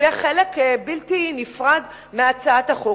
הוא יהיה חלק בלתי נפרד מהצעת החוק.